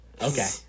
okay